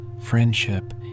friendship